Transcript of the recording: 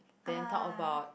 then talk about